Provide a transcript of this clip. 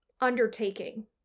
undertaking